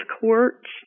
courts